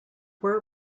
were